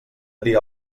dia